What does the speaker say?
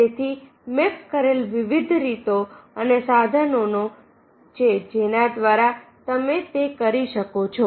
તેથી મેપ કરેલ વિવિધ રીતો અને સાધનોનો છે જેના દ્વારા તમે તે કરી શકો છો